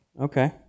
okay